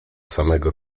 samego